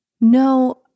No